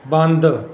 ਬੰਦ